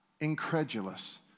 incredulous